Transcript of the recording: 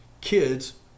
kids